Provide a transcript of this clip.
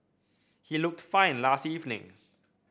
he looked fine last evening